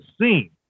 seen